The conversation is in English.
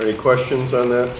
three questions on th